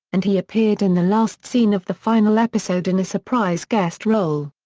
and he appeared in the last scene of the final episode in a surprise guest role.